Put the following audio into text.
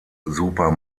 super